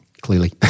clearly